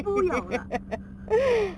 不要 lah